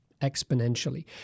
exponentially